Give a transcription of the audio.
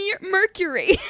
mercury